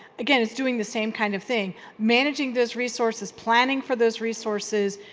again, it's doing the same kind of thing managing those resources, planning for those resources,